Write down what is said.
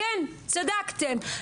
כן צדקתם,